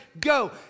Go